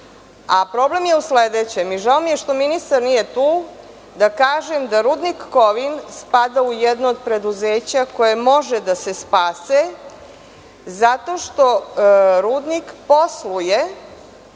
firme. Problem je u sledećem, žao mi je što ministar nije tu, Rudnik Kovin spada u jedno od preduzeća koje može da se spase zato što Rudnik posluje,